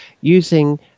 using